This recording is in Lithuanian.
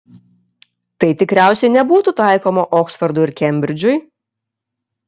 tai tikriausiai nebūtų taikoma oksfordui ir kembridžui